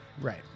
right